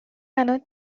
الان